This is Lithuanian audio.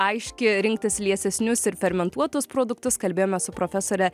aiški rinktis liesesnius ir fermentuotus produktus kalbėjome su profesore